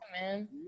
man